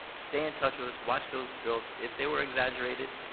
stay in touch with us, watch those bills. if they were exaggerated,